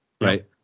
right